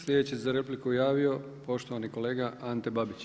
Sljedeći se za repliku javio poštovani kolega Ante Babić.